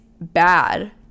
bad